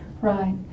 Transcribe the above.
Right